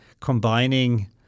combining